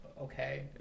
okay